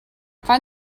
find